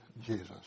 Jesus